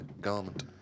garment